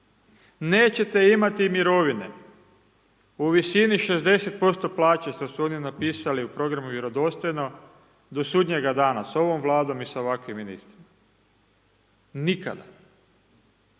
Nećete imati mirovine u visini 60% plaće što su oni napisali u programu vjerodostojno do sudnjega dana s ovom Vladom i sa ovakvim ministrima. Nikada.